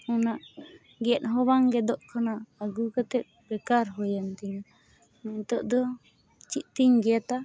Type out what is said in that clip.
ᱚᱱᱟ ᱜᱮᱫᱦᱚᱸ ᱵᱟᱝ ᱜᱮᱫᱚᱜ ᱠᱟᱱᱟ ᱟᱹᱜᱩ ᱠᱟᱛᱮᱫ ᱵᱮᱠᱟᱨ ᱦᱩᱭᱮᱱᱛᱤᱧᱟᱹ ᱱᱤᱛᱳᱜ ᱫᱚ ᱪᱮᱫ ᱛᱤᱧ ᱜᱮᱫᱟ